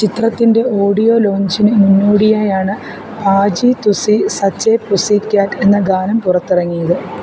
ചിത്രത്തിൻ്റെ ഓഡിയോ ലോഞ്ചിന് മുന്നോടിയായാണ് Paaji Tussi such a pussy cat എന്ന ഗാനം പുറത്തിറങ്ങിയത്